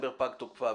שבדצמבר פג תוקפה.